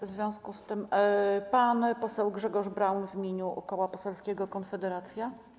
W związku z tym pan poseł Grzegorz Braun w imieniu Koła Poselskiego Konfederacja.